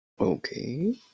okay